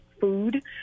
food